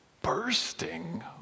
bursting